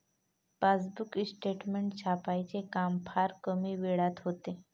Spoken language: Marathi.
पासबुक स्टेटमेंट छपाईचे काम फार कमी वेळात होते